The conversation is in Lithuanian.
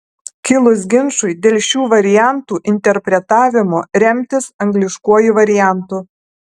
kilus ginčui dėl šių variantų interpretavimo remtis angliškuoju variantu